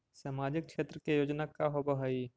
सामाजिक क्षेत्र के योजना का होव हइ?